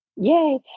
Yay